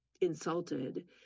insulted